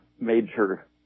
major